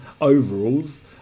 overalls